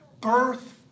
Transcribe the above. birth